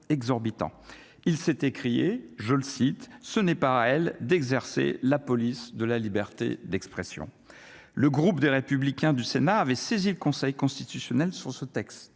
il s'est écrié, je le cite, ce n'est pas à elle d'exercer la police de la liberté d'expression, le groupe des Républicains du Sénat avait saisi le Conseil constitutionnel sur ce texte,